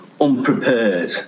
unprepared